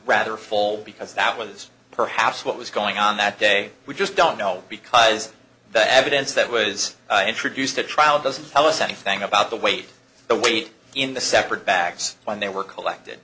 rather full because that was perhaps what was going on that day we just don't know because the evidence that was introduced at trial doesn't tell us anything about the weight the weight in the separate bags when they were collected